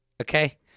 Okay